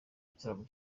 igitaramo